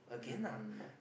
mm